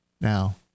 Now